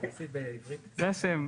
בבקשה.